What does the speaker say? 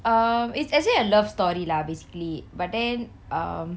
um it's actually a love story lah basically but then err